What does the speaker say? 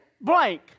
blank